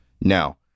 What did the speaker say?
Now